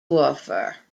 offer